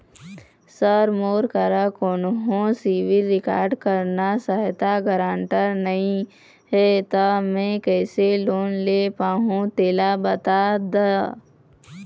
sir मोर करा कोन्हो सिविल रिकॉर्ड करना सहायता गारंटर नई हे ता मे किसे लोन ले पाहुं तेला बता दे